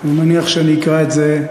אני מניח שאני אקרא את זה,